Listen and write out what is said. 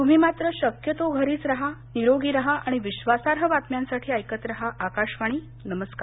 तुम्ही मात्र शक्यतो घरीच राहा निरोगी राहा आणि विश्वासार्ह बातम्यांसाठी ऐकत राहा आकाशवाणी नमस्कार